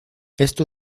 esto